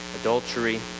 adultery